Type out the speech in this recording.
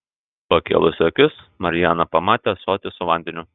pakėlusi akis mariana pamatė ąsotį su vandeniu